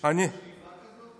--- יש לך שאיפה כזאת?